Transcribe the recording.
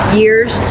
years